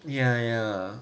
ya ya